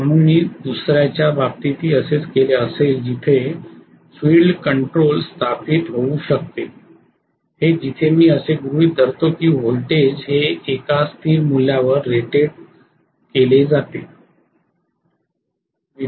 म्हणून मी दुसऱ्याच्या बाबतीतही असेच केले असेल जिथे हे फिल्ड कंट्रोल स्थापित होऊ शकते हे जिथे मी असे गृहीत धरतो की व्होल्टेज हे एका स्थिर मूल्यावर रेटेड जतन केले असेल